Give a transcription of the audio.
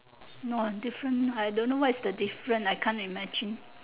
no different I don't know what is the different I can't imagine